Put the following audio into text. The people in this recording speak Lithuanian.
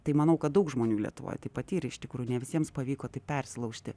tai manau kad daug žmonių lietuvoje tai patyrė iš tikrųjų ne visiems pavyko taip persilaužti